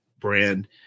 brand